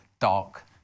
dark